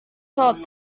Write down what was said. felt